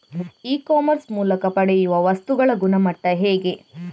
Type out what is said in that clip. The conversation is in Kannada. ಇ ಕಾಮರ್ಸ್ ಮೂಲಕ ಪಡೆಯುವ ವಸ್ತುಗಳ ಗುಣಮಟ್ಟ ಹೇಗೆ?